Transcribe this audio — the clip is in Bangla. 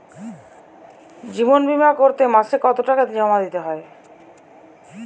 জীবন বিমা করতে মাসে কতো টাকা জমা দিতে হয়?